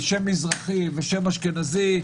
שם מזרחי ושם אשכנזי,